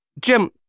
Jim